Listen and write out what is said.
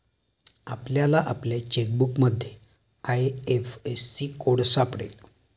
आपल्याला आपल्या चेकबुकमध्ये आय.एफ.एस.सी कोड सापडेल